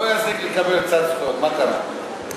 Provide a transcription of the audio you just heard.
לא יזיק לקבל קצת זכויות, מה קרה.